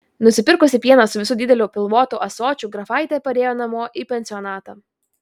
nusipirkusi pieno su visu dideliu pilvotu ąsočiu grafaitė parėjo namo į pensionatą